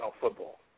football